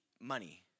Money